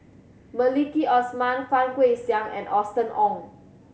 Maliki Osman Fang Guixiang and Austen Ong